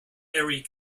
erie